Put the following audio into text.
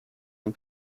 and